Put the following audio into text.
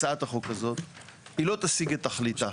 הצעת החוק הזאת היא לא תשיג את תכליתה.